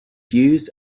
used